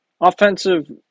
offensive